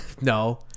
No